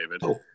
David